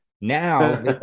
Now